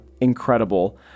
Incredible